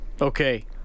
okay